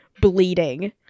bleeding